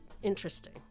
Interesting